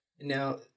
Now